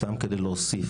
סתם כדי להוסיף.